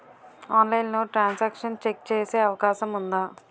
ఆన్లైన్లో transaction check చేసే అవకాశం ఉందా?